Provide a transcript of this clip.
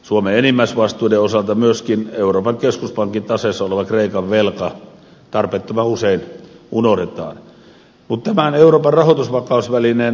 suomen enimmäisvastuiden osalta myöskin euroopan keskuspankin taseessa oleva kreikan velka tarpeettoman usein unohdetaan